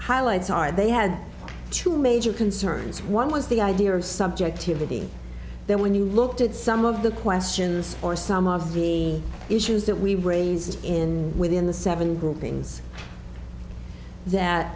highlights are they had two major concerns one was the idea of subjectivity then when you looked at some of the questions or some of the issues that we raised in within the seven groupings that